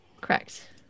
Correct